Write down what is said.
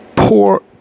Poor